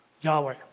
Yahweh